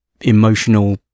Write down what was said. emotional